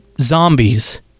zombies